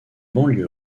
banlieue